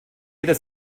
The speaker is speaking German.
jeder